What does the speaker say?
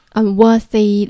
unworthy